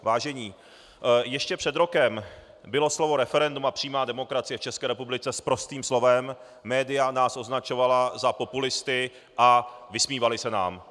Vážení, ještě před rokem bylo slovo referendum a přímá demokracie v České republice sprostým slovem, média nás označovala za populisty a vysmívali se nám.